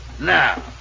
Now